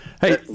Hey